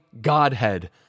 Godhead